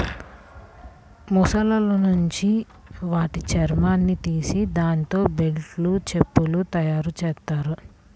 మొసళ్ళను పెంచి వాటి చర్మాన్ని తీసి దాంతో బెల్టులు, చెప్పులు తయ్యారుజెత్తారు